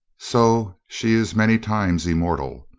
so she is many times immor tal.